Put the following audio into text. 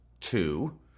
two